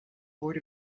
board